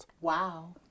Wow